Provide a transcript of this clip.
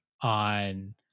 on